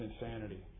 insanity